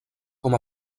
com